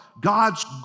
God's